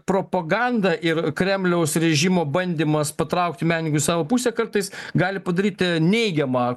propaganda ir kremliaus režimo bandymas patraukti menininkus į savo pusę kartais gali padaryti neigiamą